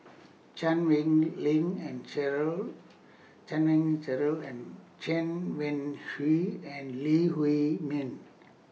Chan Wei Ling and Cheryl Chan Wei Cheryl and Chen Wen Hsi and Lee Huei Min